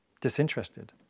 disinterested